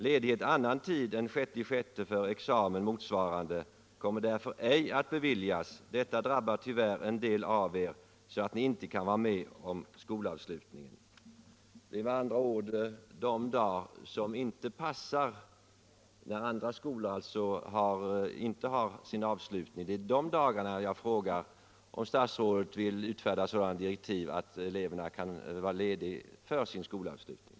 Ledighet annan tid än 6/6 för examen eller motsvarande kommer därför ej att beviljas. Detta drabbar tyvärr en del av er, så att ni inte kan vara med om skolavslutningen.” Det är med andra ord beträffande de dagar som inte passar in i detta - när andra skolor har sin avslutning - som jag frågar om statsrådet vill utfärda sådana direktiv att eleverna kan vara lediga för sin skolavslutning.